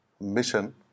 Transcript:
mission